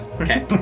Okay